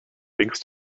thanks